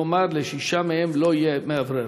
כלומר לשישה מהם לא יהיה מאוורר.